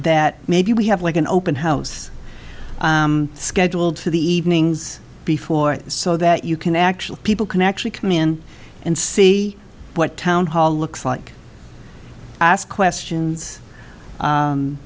that maybe we have like an open house scheduled for the evenings before so that you can actual people can actually come in and see what town hall looks like ask questions